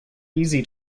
easy